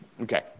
Okay